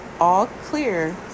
all-clear